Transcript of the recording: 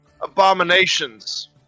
abominations